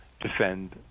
defend